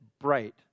bright